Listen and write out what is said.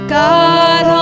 god